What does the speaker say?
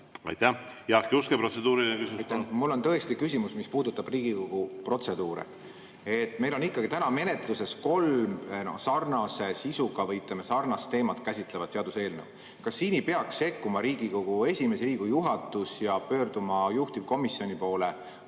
Aitäh! Jaak Juske, protseduuriline küsimus. Mul on tõesti küsimus, mis puudutab Riigikogu protseduure. Meil on ikkagi täna menetluses kolm sarnase sisuga või, ütleme, sarnast teemat käsitlevat seaduseelnõu. Kas siin ei peaks sekkuma Riigikogu esimees ja Riigikogu juhatus ja pöörduma juhtivkomisjoni poole,